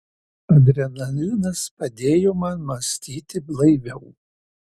adrenalinas padėjo man mąstyti blaiviau